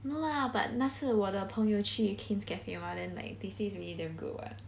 no lah but 那次我的朋友去 kin's cafe mah then like they say is really damn good [what]